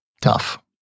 tough